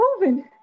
moving